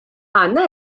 għandna